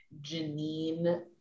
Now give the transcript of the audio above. Janine